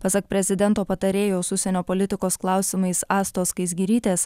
pasak prezidento patarėjos užsienio politikos klausimais astos skaisgirytės